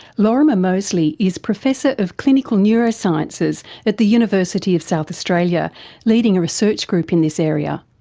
lorimer moseley is professor of clinical neurosciences at the university of south australia, leading a research group in this area.